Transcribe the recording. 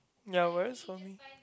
ya whereas on